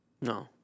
No